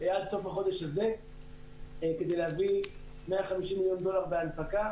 עד סוף החודש הזה כדי להביא 150 מיליון דולר בהנפקה